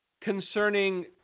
concerning